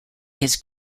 his